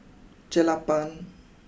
Jelapang